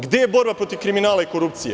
Gde je borba protiv kriminala i korupcije?